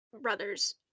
brothers